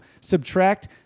subtract